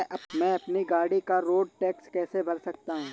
मैं अपनी गाड़ी का रोड टैक्स कैसे भर सकता हूँ?